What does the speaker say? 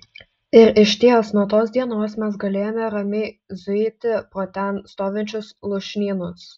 ir išties nuo tos dienos mes galėjome ramiai zuiti pro ten stovinčius lūšnynus